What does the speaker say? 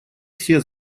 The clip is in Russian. все